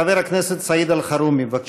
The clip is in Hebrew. חבר הכנסת סעיד אלחרומי, בבקשה.